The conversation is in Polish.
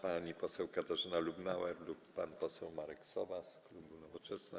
Pani poseł Katarzyna Lubnauer lub pan poseł Marek Sowa z klubu Nowoczesna.